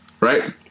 Right